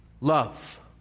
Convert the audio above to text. love